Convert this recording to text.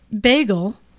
bagel